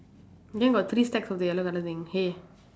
then got three stacks of yellow colour thing hay